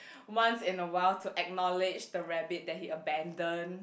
once in a while to acknowledge the rabbit that he abandon